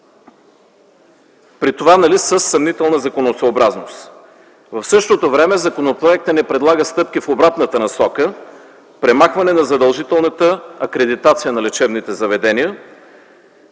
при това със съмнителна законосъобразност. В същото време законопроектът ни предлага стъпки в обратната насока – премахване на задължителната акредитация на лечебните заведения,